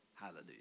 Hallelujah